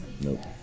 Nope